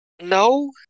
no